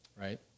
Right